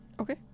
Okay